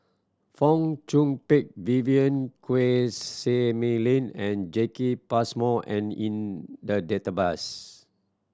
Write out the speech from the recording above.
Fong Chong Pik Vivien Quahe Seah Mei Lin and Jacki Passmore and in the database